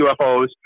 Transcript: UFOs